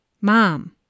Mom